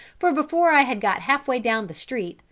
for before i had got half-way down the street,